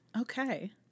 Okay